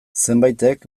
zenbaitek